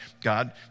God